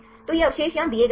तो ये अवशेष यहां दिए गए हैं